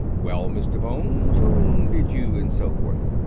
well, mr. bones, whom did you, and so forth?